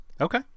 Okay